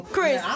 Chris